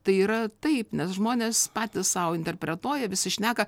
tai yra taip nes žmonės patys sau interpretuoja visi šneka